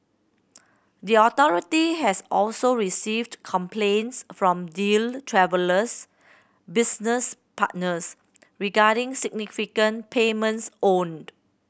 the authority has also received complaints from Deal Travel's business partners regarding significant payments owed